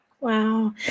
Wow